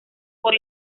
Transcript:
por